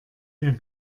der